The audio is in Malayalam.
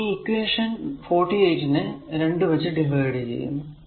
ഇനി ഈ ഇക്വേഷൻ 48 നെ 2 വച്ച് ഡിവൈഡ് ചെയ്യുന്നു